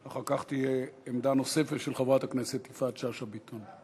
אחר כך תהיה עמדה נוספת של חברת הכנסת יפעת שאשא ביטון.